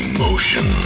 Emotion